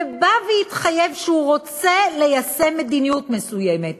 ובא והתחייב שהוא רוצה ליישם מדיניות מסוימת,